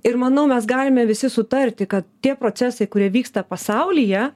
ir manau mes galime visi sutarti kad tie procesai kurie vyksta pasaulyje